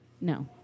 No